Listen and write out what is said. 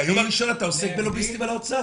מהיום הראשון אתה עוסק בלוביסטים על האוצר,